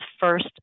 first